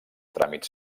tràmits